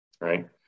right